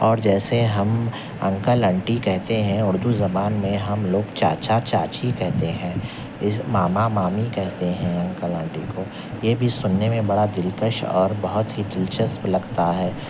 اور جیسے ہم انکل انٹی کہتے ہیں اردو زبان میں ہم لوگ چاچا چاچی کہتے ہیں ماما مامی کہتے ہیں انکل انٹی کو یہ بھی سننے میں بڑا دلکش اور بہت ہی دلچسپ لگتا ہے